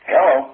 Hello